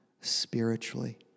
spiritually